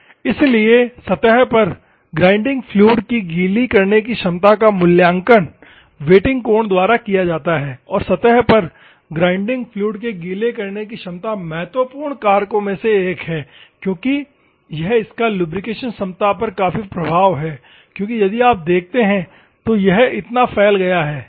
इसलिए सतह पर ग्राइंडिंग फ्लूइड की गीली करने की क्षमता का मूल्यांकन वेटिंग कोण द्वारा किया जाता है और सतह पर ग्राइंडिंग फ्लूइड के गीली करने की क्षमता महत्वपूर्ण कारकों में से एक है क्योंकि यह इसका लुब्रिकेशन क्षमता पर काफी प्रभाव क्योंकि यदि आप देखते हैं तो इतना फ़ैल गया है क्या होगा